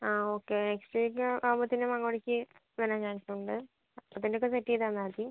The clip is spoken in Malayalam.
ആ ഓക്കെ നെക്സ്റ്റ് വീക്ക് ആകുമ്പോഴ്ത്തേനും അങ്ങോട്ടേക്ക് വരാൻ ചാൻസ് ഉണ്ട് അപ്പോഴ്ത്തേന് ഒക്കെ സെറ്റ് ചെയ്ത് തന്നാൽമതി